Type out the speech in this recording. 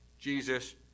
Jesus